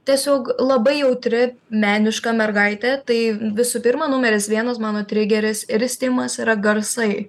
tiesiog labai jautri meniška mergaitė tai visų pirma numeris vienas mano trigeris ir stimas yra garsai